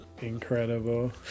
Incredible